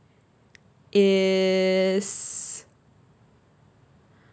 is